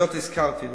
הזכרתי אחיות.